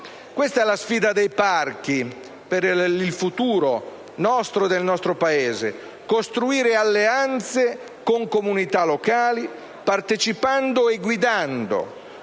Questa è la sfida dei parchi per il futuro nostro e del nostro Paese: costruire alleanze con comunità locali, partecipando e guidando